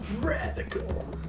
Radical